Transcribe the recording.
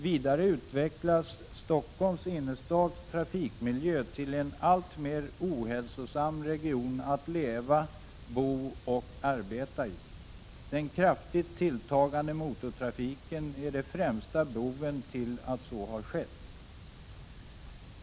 Vidare utvecklas Stockholms innerstads trafikmiljö till en alltmer ohälsosam region att leva, bo och arbeta i. Den kraftigt tilltagande motortrafiken är den främsta boven i det sammanhanget.